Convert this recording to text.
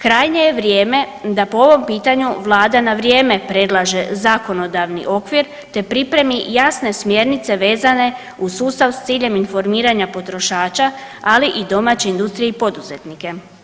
Krajnje je vrijeme da po ovom pitanju Vlada na vrijeme predlaže zakonodavni okvir te pripremi jasne smjernice vezane uz sustav s ciljem informiranja potrošača, ali i domaće industrije i poduzetnike.